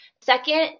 Second